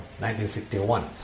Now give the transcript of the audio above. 1961